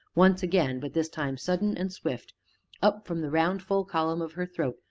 once again, but this time sudden and swift up from the round, full column of her throat,